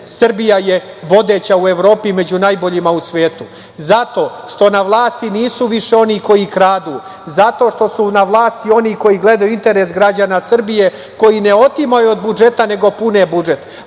Srbija je vodeća u Evropi, među najboljima u svetu. Zato što na vlasti nisu više oni koji kradu, zato što su na vlasti oni koji gledaju interes građana Srbije, koji ne otimaju od budžeta, nego pune budžet,